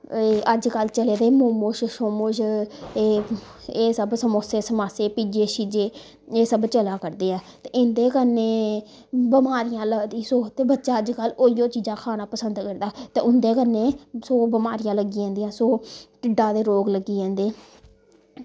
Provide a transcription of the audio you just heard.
अजकल चले दे मोमोस शोमोस ए एह् सब समोसे समासे पीज्जे शीज्जे एह् सब चला करदे ऐ ते इंदे कन्नै बमारियां लगदियां ते बच्चा अजकल ओहियो चीजां खाना पसंद करदा ते उंदे कन्नै सौ बमारियां लग्गी जंदियां सौ ढिड्डा दे रोग लग्गी जंदे